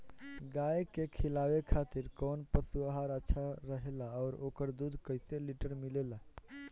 गाय के खिलावे खातिर काउन पशु आहार अच्छा रहेला और ओकर दुध कइसे लीटर मिलेला?